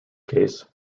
case